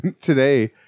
Today